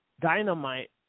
Dynamite